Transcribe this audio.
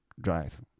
drive